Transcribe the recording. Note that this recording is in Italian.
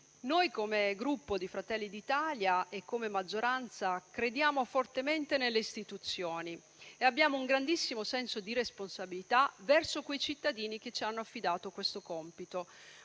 Noi, come Gruppo Fratelli d'Italia e come maggioranza, crediamo fortemente nelle istituzioni e abbiamo un grandissimo senso di responsabilità verso quei cittadini che ci hanno affidato questo compito.